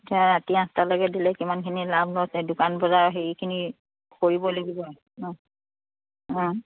এতিয়া ৰাতি আঠটালৈকে দিলে কিমানখিনি লাভ লৈছে দোকান বজাৰ হেৰিখিনি কৰিব লাগিব ন